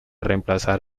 reemplazar